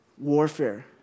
warfare